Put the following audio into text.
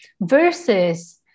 versus